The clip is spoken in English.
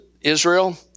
Israel